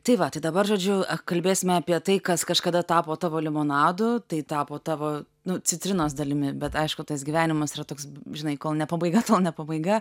tai va tai dabar žodžiu kalbėsime apie tai kas kažkada tapo tavo limonadu tai tapo tavo nu citrinos dalimi bet aišku tas gyvenimas yra toks žinai kol ne pabaiga tol ne pabaiga